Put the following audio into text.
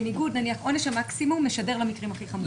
עונש המקסימום משדר למקרים הכי חמורים.